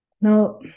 Now